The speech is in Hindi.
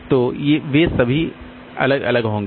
तो वे भी अलग अलग होंगे